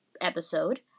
episode